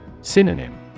Synonym